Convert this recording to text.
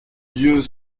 dieu